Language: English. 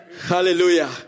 Hallelujah